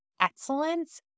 excellence